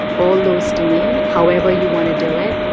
all those, to me, however you want to do it,